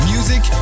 Music